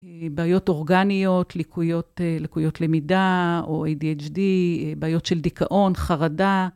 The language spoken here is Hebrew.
בעיות אורגניות, לקויות למידה או ADHD, בעיות של דיכאון, חרדה.